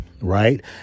Right